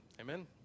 Amen